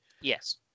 Yes